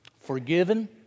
Forgiven